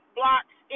blocks